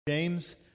James